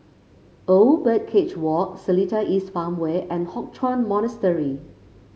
Old Birdcage Walk Seletar East Farmway and Hock Chuan Monastery